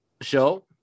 show